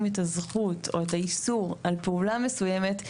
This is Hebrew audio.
את הזכות או את האיסור על פעולה מסוימת,